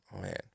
man